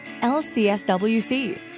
lcswc